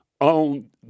on